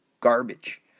garbage